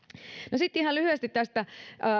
sitten ihan lyhyesti tästä